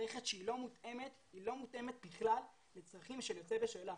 המערכת שלא מותאמת בכלל לצרכים של יוצאים בשאלה.